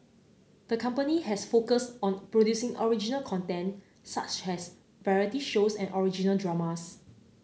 the company has focused on producing original content such as variety shows and original dramas